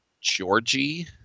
georgie